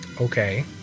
Okay